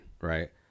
right